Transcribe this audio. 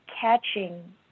catching